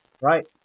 right